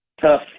tough